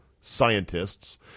scientists